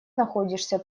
находишься